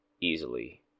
easily